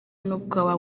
n’ubwoba